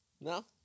No